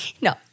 No